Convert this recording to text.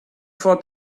for